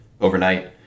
overnight